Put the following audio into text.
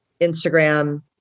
Instagram